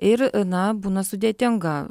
ir na būna sudėtinga